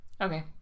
Okay